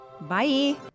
Bye